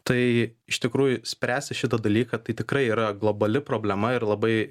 tai iš tikrųjų spręsti šitą dalyką tai tikrai yra globali problema ir labai